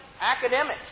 academic